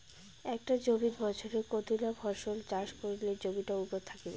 একটা জমিত বছরে কতলা ফসল চাষ করিলে জমিটা উর্বর থাকিবে?